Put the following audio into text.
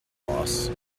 loss